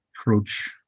approach